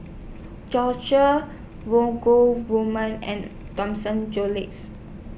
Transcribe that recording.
George woman and